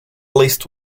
least